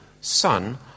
son